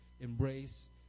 embrace